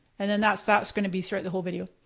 and and that's that's gonna be throughout the whole video.